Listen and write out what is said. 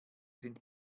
sind